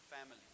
family